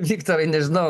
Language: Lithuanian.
viktorai nežinau